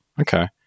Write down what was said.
Okay